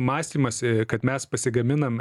mąstymas kad mes pasigaminam